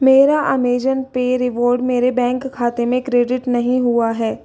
मेरा Amazon pay reward मेरे bank खाते में क्रेडिट नहीं हुआ है